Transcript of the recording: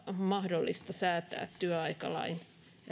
mahdollista säätää työaikalain